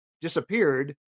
disappeared